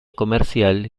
comercial